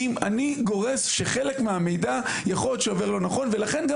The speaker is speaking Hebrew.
אני גורס שחלק מהמידע יכול להיות שעובר לא נכון ולכן גם